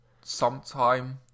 sometime